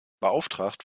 beauftragt